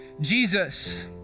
Jesus